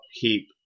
keep